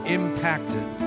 impacted